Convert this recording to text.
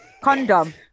condom